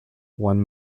one